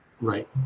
right